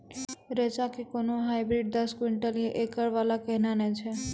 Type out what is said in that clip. रेचा के कोनो हाइब्रिड दस क्विंटल या एकरऽ वाला कहिने नैय छै?